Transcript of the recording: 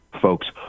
folks